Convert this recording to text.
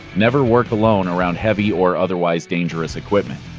never work alone around heavy or otherwise dangerous equipment.